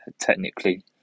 technically